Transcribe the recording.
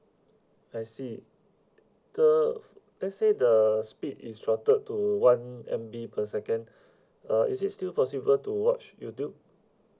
I see so let's say the speed is routed to one M_B per second uh is it still possible to watch YouTube